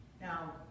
Now